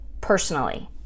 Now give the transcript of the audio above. personally